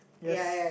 yes